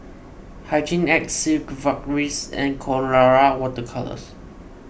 Hygin X Sigvaris and Colora Water Colours